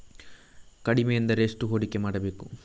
ಕಡಿಮೆ ಎಂದರೆ ಎಷ್ಟು ಹೂಡಿಕೆ ಮಾಡಬೇಕು?